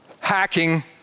hacking